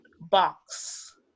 box